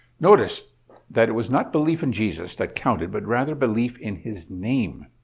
notice that it was not belief in jesus that counted but rather belief in his name.